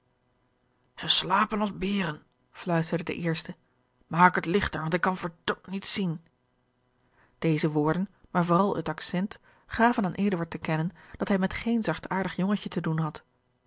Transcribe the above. zij slapen als beeren fluisterde de eerste maak het lichter want ik kan verd niets zien deze woorden maar vooral het accent gaven aan eduard te kennen dat hij met geen zachtaardig jongentje te doen had